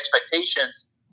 expectations